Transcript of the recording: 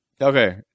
Okay